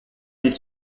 les